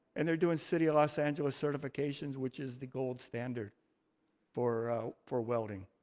and they're doing city of los angeles certifications which is the gold standard for for welding.